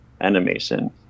animation